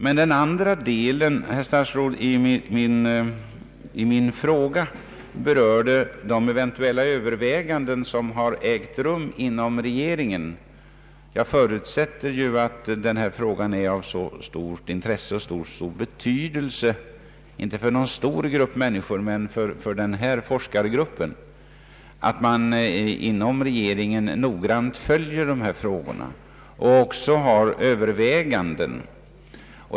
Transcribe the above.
min interpellation berör de eventuella överväganden som ägt rum inom regeringen, Hela denna fråga är av så stort intresse för den forskargrupp som det här gäller att jag förutsätter att man inom regeringen noggrant följer dessa diskussioner och överväganden.